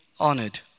honoured